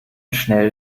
schnell